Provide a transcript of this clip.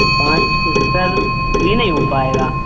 पाँच को सर ये नहीं हो पाएगा